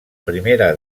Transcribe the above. primera